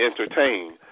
entertain